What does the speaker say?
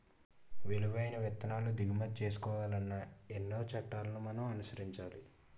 విలువైన విత్తనాలు దిగుమతి చేసుకోవాలన్నా ఎన్నో చట్టాలను మనం అనుసరించాలి